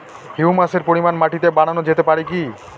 হিউমাসের পরিমান মাটিতে বারানো যেতে পারে কি?